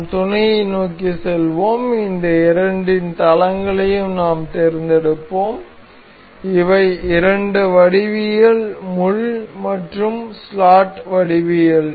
நாம் துணையை நோக்கி செல்வோம் இந்த இரண்டின் தளங்களை நாம் தேர்ந்தெடுப்போம் இவை இரண்டு வடிவியல் முள் மற்றும் ஸ்லாட் வடிவியல்